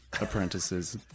apprentices